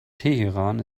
teheran